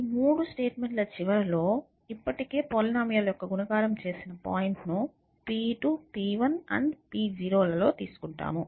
ఈ మూడు స్టేట్మెంట్ల చివరలో ఇప్పటికే పోలీనోమియల్ యొక్క గుణకారం చేసిన పాయింట్ను p2 p1 మరియు p0 లలో తీసుకుంటాము